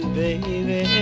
baby